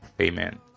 Amen